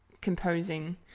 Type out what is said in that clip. composing